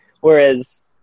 whereas